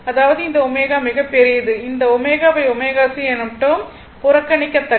அதாவது இந்த ω மிகப் பெரியது இந்த ω ωC எனும் டேர்ம் புறக்கணிக்கத்தக்கது